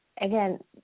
again